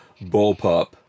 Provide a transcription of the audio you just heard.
bullpup